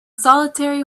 solitary